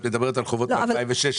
את מדברת על חובות מ-2016.